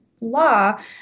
law